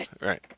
right